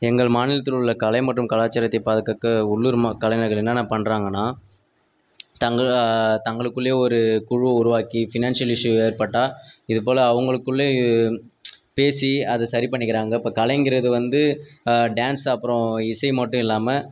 எங்கள் மாநிலத்தில் உள்ள கலை மற்றும் கலாச்சாரத்தை பாதுகாக்க உள்ளூர் ம கலைஞர்கள் என்னென்ன பண்ணுறாங்கனா தங்கள் தங்களுக்குள்ளே ஒரு குழுவை உருவாக்கி ஃபினான்சியல் இஷ்யூ ஏற்பட்டால் இதுபோல் அவங்களுக்குள்ளே பேசி அதை சரி பண்ணிக்கிறாங்க இப்போ கலைங்கிறது வந்து டான்ஸ் அப்புறம் இசை மட்டும் இல்லாமல்